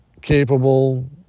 capable